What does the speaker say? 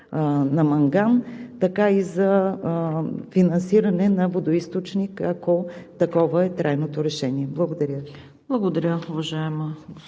на манган, така и за финансиране на водоизточник, ако такова е трайното решение. Благодаря